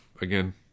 again